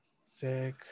Sick